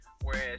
Whereas